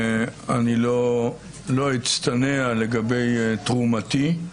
אני לא אצטנע לגבי תרומתי.